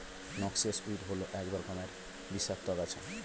noxious weed হল এক রকমের বিষাক্ত আগাছা